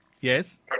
Yes